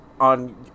on